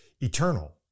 eternal